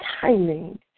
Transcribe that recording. timing